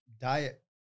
Diet